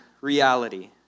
reality